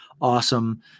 awesome